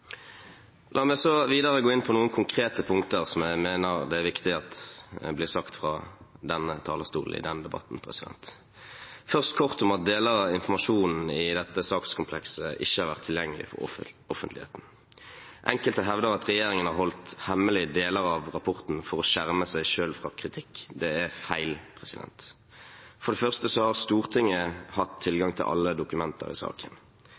La meg videre gå inn på noen konkrete punkter som jeg mener det er viktig blir sagt fra denne talerstolen i denne debatten. Først kort om at deler av informasjonen i dette sakskomplekset ikke har vært tilgjengelige for offentligheten: Enkelte hevder at regjeringen har holdt hemmelig deler av rapporten for å skjerme seg selv fra kritikk. Det er feil. For det første har Stortinget hatt tilgang til alle dokumenter i saken.